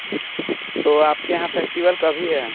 तो आपके यहाँ फेस्टिवल कभी है